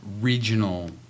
regional